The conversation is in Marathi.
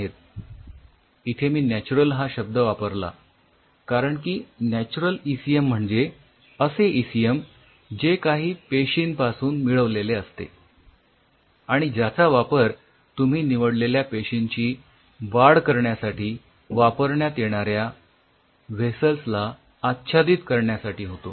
मी इथे नॅच्युरल हा शब्द वापरला कारण की नॅच्युरल ईसीएम म्हणजे असे ईसीएम जे काही पेशींपासून मिळवलेले असते आणि ज्याचा वापर तुम्ही निवडलेल्या पेशींची वाढ करण्यासाठी वापरण्यात येणाऱ्या व्हेसल्स ला आच्छादित करण्यासाठी होतो